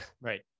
right